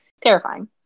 terrifying